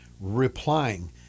replying